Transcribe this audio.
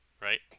Right